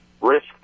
risk